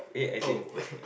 oh